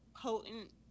potent